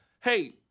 Hey